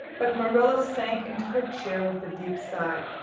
but marilla sank into her chair with a deep sigh.